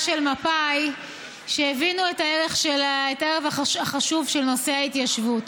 של מפא"י שהבינו את הערך החשוב של נושא ההתיישבות,